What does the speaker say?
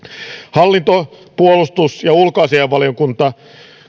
hallinto puolustus ja ulkoasiainvaliokunta